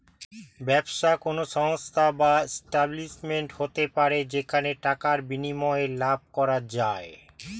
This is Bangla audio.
ব্যবসা কোন সংস্থা বা এস্টাব্লিশমেন্ট হতে পারে যেখানে টাকার বিনিময়ে লাভ করা যায়